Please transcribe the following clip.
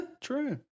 True